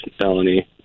felony